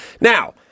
Now